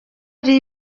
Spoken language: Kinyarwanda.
ari